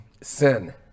Sin